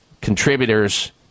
contributors